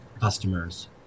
customers